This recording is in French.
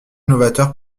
novateur